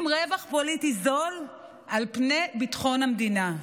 רווח פוליטי זול על פני ביטחון המדינה.